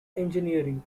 engineering